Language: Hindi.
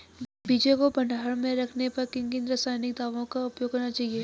बीजों को भंडारण में रखने पर किन किन रासायनिक दावों का उपयोग करना चाहिए?